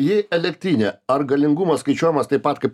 ji elektrinė ar galingumas skaičiuojamas taip pat kaip